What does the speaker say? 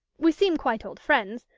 we seem quite old friends,